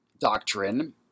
doctrine